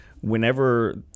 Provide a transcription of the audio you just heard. whenever